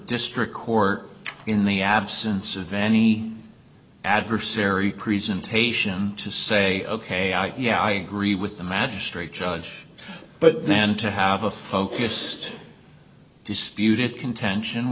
district court in the absence of any adversary presentation to say ok yeah i agree with the magistrate judge but then to have a focused dispute it contention